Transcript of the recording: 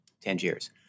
Tangiers